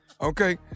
Okay